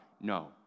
No